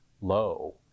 low